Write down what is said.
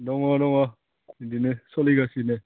दङ दङ बिदिनो सलिगासिनो